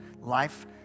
life